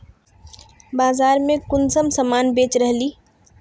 बाजार में कुंसम सामान बेच रहली?